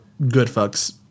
Goodfuck's